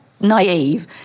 naive